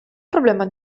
problema